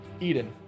Eden